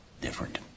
different